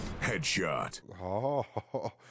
Headshot